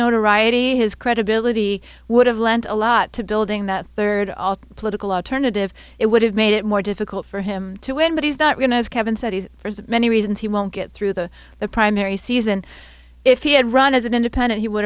notoriety his credibility would have lent a lot to building that third all political alternative it would have made it more difficult for him to win but he's not going to as kevin said he's for many reasons he won't get through the the primary season if he had run as an independent he would